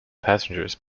passengers